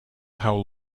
how